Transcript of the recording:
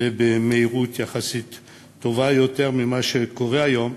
ובמהירות יחסית טובה יותר ממה שקורה היום,